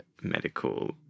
medical